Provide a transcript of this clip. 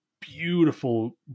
beautiful